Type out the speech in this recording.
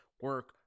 Work